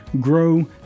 grow